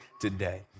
today